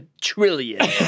trillion